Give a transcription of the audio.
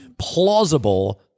Plausible